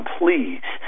please